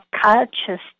consciousness